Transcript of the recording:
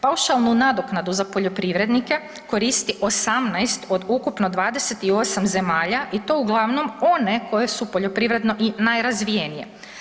Paušalnu nadoknadu za poljoprivrednike koristi 18 od ukupno 28 zemalja i to uglavnom one koje su poljoprivredno i najrazvijenije.